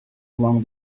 along